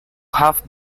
half